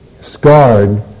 scarred